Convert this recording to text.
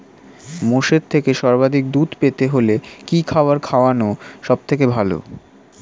মোষের থেকে সর্বাধিক দুধ পেতে হলে কি খাবার খাওয়ানো সবথেকে ভালো?